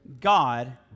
God